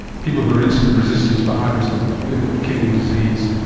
people who are insulin resistant but high risk of of kidney disease,